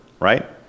right